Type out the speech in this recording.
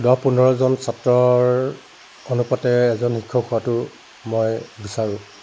দহ পোন্ধৰজন ছাত্ৰৰ অনুপাতে এজন শিক্ষক হোৱাটো মই বিচাৰোঁ